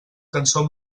cançó